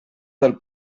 del